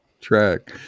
track